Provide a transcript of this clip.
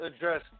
address